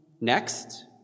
Next